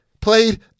played